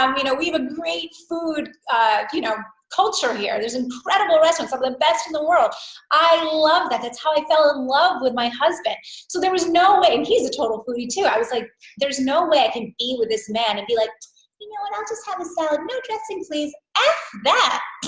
um you know we have a great food you know culture here there's incredible restaurants of the best in the world i love that that's how i fell in love with my husband so there was no way and he's a total foodie too i was like there's no way i can eat with this man and be like you know and i'll just have a salad with no dressing please f that!